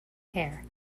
hare